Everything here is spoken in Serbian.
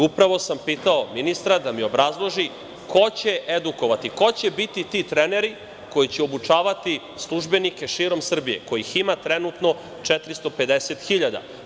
Upravo sam pitao ministra da mi obrazloži ko će edukovati, ko će biti ti treneri koji će obučavati službenike širom Srbije, kojih ima trenutno 450 hiljada?